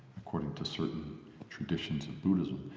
according to certain traditions in buddhism.